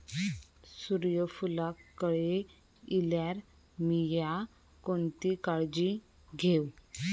सूर्यफूलाक कळे इल्यार मीया कोणती काळजी घेव?